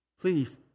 Please